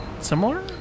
similar